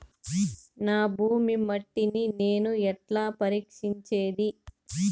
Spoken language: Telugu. నా భూమి మట్టిని నేను ఎట్లా పరీక్షించేది?